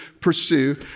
pursue